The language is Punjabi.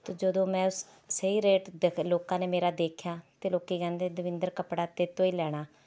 ਅਤੇ ਜਦੋਂ ਮੈਂ ਉਸ ਸਹੀ ਰੇਟ ਦਿੱਤੇ ਲੋਕਾਂ ਨੇ ਮੇਰਾ ਦੇਖਿਆ ਅਤੇ ਲੋਕ ਕਹਿੰਦੇ ਦਵਿੰਦਰ ਕੱਪੜਾ ਤੇਰੇ ਤੋਂ ਹੀ ਲੈਣਾ